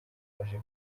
abaje